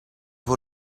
voor